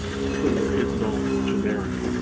typically there is no generic.